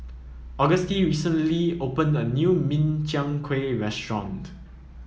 Auguste recently opened a new Min Chiang Kueh restaurant